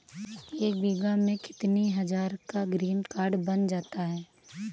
एक बीघा में कितनी हज़ार का ग्रीनकार्ड बन जाता है?